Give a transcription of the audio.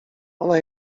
ona